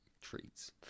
treats